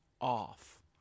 Off